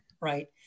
right